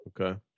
Okay